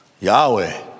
Yahweh